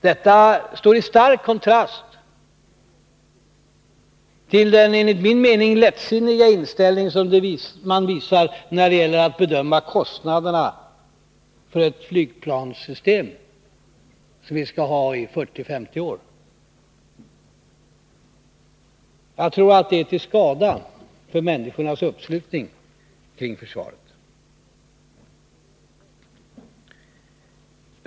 Detta står i stark kontrast till den enligt min mening lättsinniga inställning som man visar när det gäller att bedöma kostnaderna för flygplanssystem som vi skall ha i 40-50 år. Jag tror att det är till skada för människornas uppslutning kring försvaret.